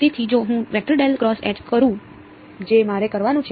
તેથી જો હું કરું જે મારે કરવાનું છે